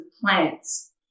plants